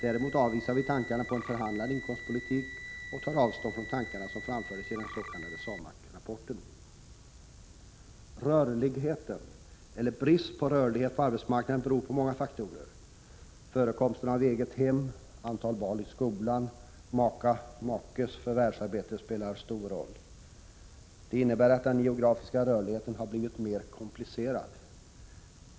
Däremot avvisar vi tankarna på en förhandlad inkomstpolitik och tar avstånd från tankar som framfördes i den s.k. SAMAK-rapporten. Rörligheten — eller bristen på rörlighet — på arbetsmarknaden beror på många faktorer. Förekomsten av eget hem, antalet barn i skolan samt makas eller makes förvärvsarbete spelar stor roll. Det innebär att den geografiska rörligheten har blivit mer komplicerad.